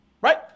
Right